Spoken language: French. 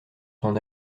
son